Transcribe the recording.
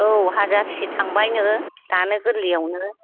औ हाजारसे थांबायनो दानो गोललैआवनो